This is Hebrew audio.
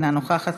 אינה נוכחת.